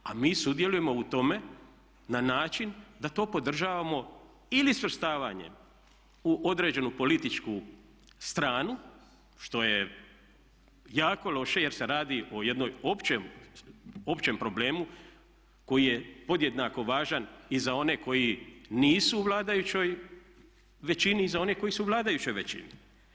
A mi sudjelujemo u tome na način da to podržavamo ili svrstavanjem u određenu političku stranu što je jako loše jer se radi o jednom općem problemu koji je podjednako važan i za one koji nisu u vladajućoj većini i za one koji su u vladajućoj većini.